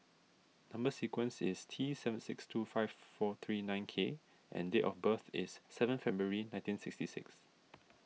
Number Sequence is T seven six two five four three nine K and date of birth is seven February nineteen sixty six